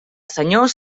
senyor